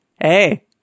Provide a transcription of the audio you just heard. hey